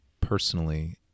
personally